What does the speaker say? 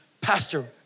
Pastor